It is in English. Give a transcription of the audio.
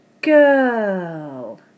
girl